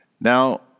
Now